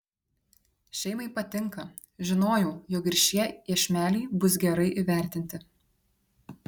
šeimai patinka žinojau jog ir šie iešmeliai bus gerai įvertinti